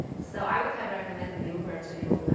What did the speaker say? so, i will have recommended uber to you,